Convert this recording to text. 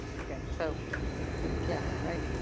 okay, so yeah, right?